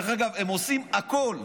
דרך אגב, הם עושים הכול,